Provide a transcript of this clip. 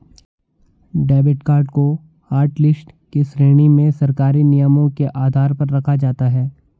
debit card को hotlist की श्रेणी में सरकारी नियमों के आधार पर रखा जाता है